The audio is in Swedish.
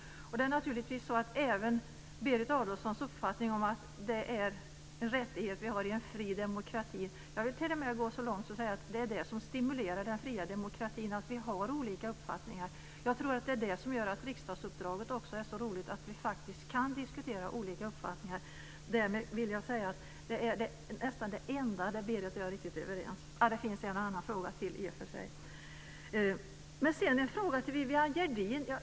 Berit Adolfssons uppfattning är att det är en rättighet som man har i en fri demokrati. Det är det som stimulerar den fria demokratin, att vi har olika uppfattningar. Att vi kan diskutera olika uppfattningar är också det som gör att riksdagsuppdraget är så roligt. Det är nästan det enda som jag och Berit Adolfsson är överens om. Sedan har jag en fråga till Viviann Gerdin.